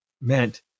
meant